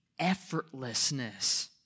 effortlessness